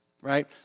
right